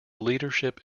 leadership